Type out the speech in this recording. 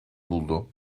buldu